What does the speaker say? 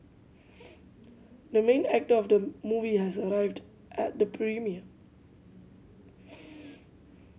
the main actor of the movie has arrived at the premiere